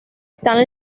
tan